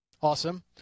awesome